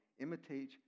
imitate